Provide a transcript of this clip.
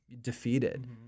defeated